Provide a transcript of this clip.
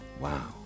Wow